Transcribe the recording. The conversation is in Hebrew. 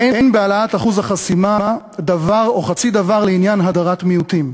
אין בהעלאת אחוז החסימה דבר או חצי דבר לעניין הדרת מיעוטים.